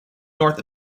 north